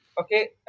Okay